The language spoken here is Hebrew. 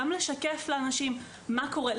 לשקף לאנשים מה קורה,